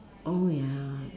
oh ya